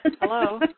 Hello